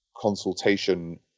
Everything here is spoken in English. consultation